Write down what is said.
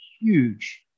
huge